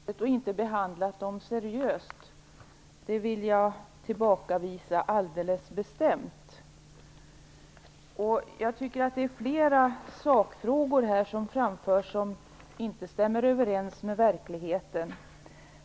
Herr talman! Jag måste säga att jag blir litet beklämd när jag hör Lennart Rohdin säga att vi i utskottet inte skulle ha behandlat det här seriöst. Det påståendet vill jag alldeles bestämt tillbakavisa. Flera av de sakfrågor som framförs här stämmer inte överens med verkligheten, tycker jag.